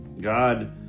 God